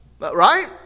Right